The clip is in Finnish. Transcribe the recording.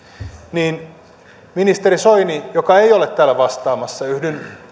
ministeri soini joka ei ole täällä vastaamassa yhdyn